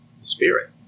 spirit